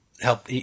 help